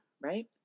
right